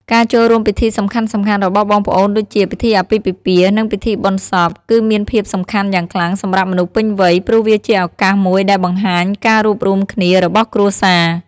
ការចូលរួមពិធីសំខាន់ៗរបស់បងប្អូនដូចជា ពិធីអាពាហ៍ពិពាហ៍ និងពិធីបុណ្យសព គឺមានភាពសំខាន់យ៉ាងខ្លាំងសម្រាប់មនុស្សពេញវ័យ ព្រោះវាជាឱកាសមួយដែលបង្ហាញការរួបរួមគ្នារបស់គ្រួសារ។